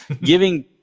giving